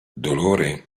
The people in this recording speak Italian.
dolore